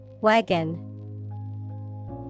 Wagon